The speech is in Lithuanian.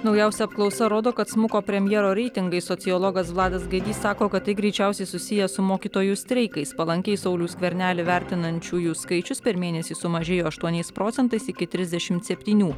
naujausia apklausa rodo kad smuko premjero reitingai sociologas vladas gaidys sako kad tai greičiausiai susiję su mokytojų streikais palankiai saulių skvernelį vertinančiųjų skaičius per mėnesį sumažėjo aštuoniais procentais iki trisdešimt septynių